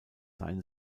sein